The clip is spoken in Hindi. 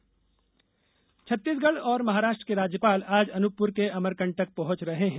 राज्यपाल छत्तीसगढ़ और महाराष्ट्र के राज्यपाल आज अनूपपुर के अमरकंटक पहुंच रहे हैं